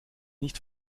nicht